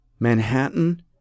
Manhattan